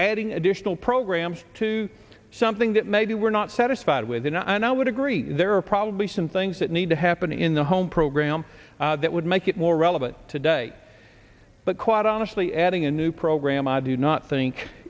adding additional programs to something that maybe we're not satisfied with and i would agree there are probably some things that need to happen in the home program that would make it more relevant today but quite honestly adding a new program i do not think